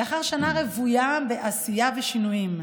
לאחר שנה רוויה בעשייה ושינויים,